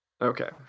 Okay